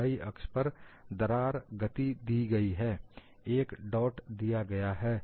y अक्ष पर दरार गति दी गई है एक डोट दिया गया है